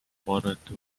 مامانتو